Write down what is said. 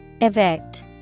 Evict